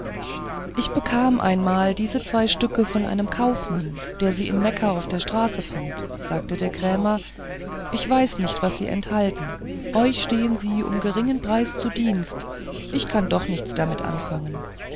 ich bekam einmal diese zwei stücke von einem kaufmann der sie in mekka auf der straße fand sagte der krämer ich weiß nicht was sie enthalten euch stehen sie um geringen preis zu dienst ich kann doch nichts damit anfangen